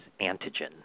antigen